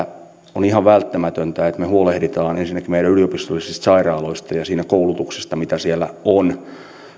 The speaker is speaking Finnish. on ihan välttämätöntä että me huolehdimme ensinnäkin meidän yliopistollisista sairaaloistamme ja siitä koulutuksesta mitä siellä on tämä